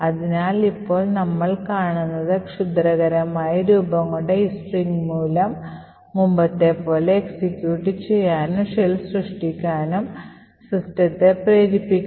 അതിനാൽ ഇപ്പോൾ നമ്മൾ കാണുന്നത് ക്ഷുദ്രകരമായി രൂപംകൊണ്ട ഈ സ്ട്രിംഗ് മൂലം മുമ്പത്തെപ്പോലെ എക്സിക്യൂട്ട് ചെയ്യാനും ഷെൽ സൃഷ്ടിക്കാനും സിസ്റ്റത്തെ പ്രേരിപ്പിക്കും